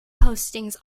postings